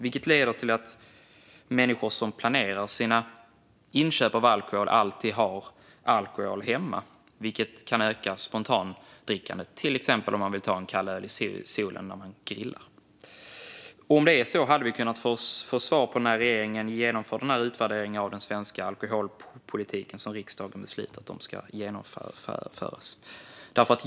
Det leder till att människor som planerar sina inköp alltid har alkohol hemma. Det kan öka spontandrickandet, till exempel om man vill ta en kall öl i solen när man grillar. Om det är på det sättet kan vi få svar på när regeringen genomför den utvärdering av den svenska alkoholpolitiken som riksdagen beslutat ska genomföras.